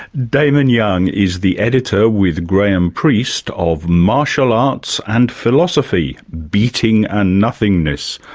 damon young is the editor with graham priest of martial arts and philosophy beating and nothingness.